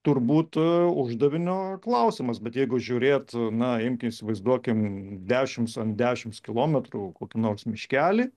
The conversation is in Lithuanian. turbūt uždavinio klausimas bet jeigu žiūrėt na imkim įsivaizduokim dešimt ant dešimt kilometrų kokį nors miškelį